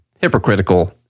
hypocritical